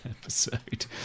episode